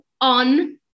on